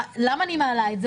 למה אני מעלה את זה?